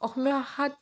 অসমীয়া ভাষাত